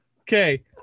Okay